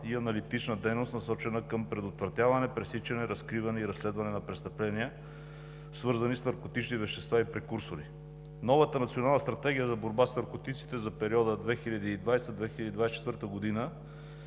и аналитична дейност, насочена към предотвратяване, пресичане, разкриване и разследване на престъпления, свързани с наркотични вещества и прекурсори. Новата Национална стратегия за борба с наркотиците за периода 2020 – 2024 г.